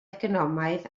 economaidd